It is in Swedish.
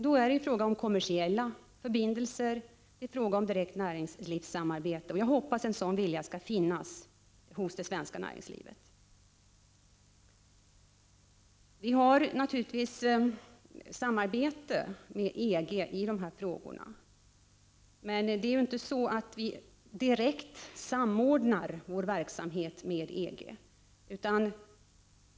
Det är då fråga om kommersiella förbindelser och direkt näringslivssamarbete. Jag hoppas att en sådan vilja skall finnas hos det svenska näringslivet. Vi samarbetar naturligtvis med EG i dessa frågor. Men det är inte så att vi direkt samordnar vår verksamhet med EG.